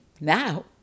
Now